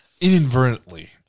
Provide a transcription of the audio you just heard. inadvertently